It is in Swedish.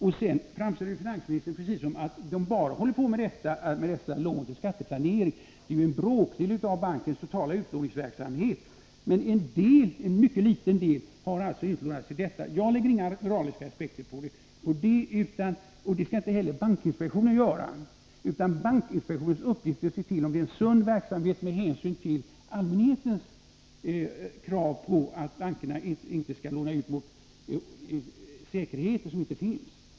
Finansministern framställer det som om banken bara håller på med lån för att möjliggöra skatteplanering. Det är ju en bråkdel av bankens totala utlåningsverksamhet. En mycket liten del har i det här fallet utlånats till detta. Jag lägger inga moraliska aspekter på det, och det skall inte heller bankinspektionen göra. Bankinspektionens uppgift är att se till att man bedriver en sund verksamhet med hänsyn till allmänhetens krav på att bankerna inte skall låna ut pengar mot säkerheter som inte finns.